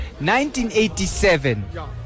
1987